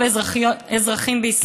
ולא למנוע מהם ללכת לעבוד ולקזז להם.